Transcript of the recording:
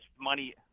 money